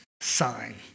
sign